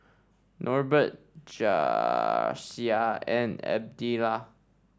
Norbert Jasiah and Adella